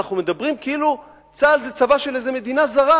אנחנו מדברים כאילו צה"ל זה צבא של איזו מדינה זרה,